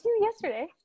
yesterday